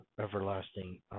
everlasting